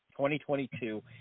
2022